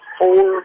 four